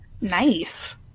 Nice